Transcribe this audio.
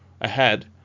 ahead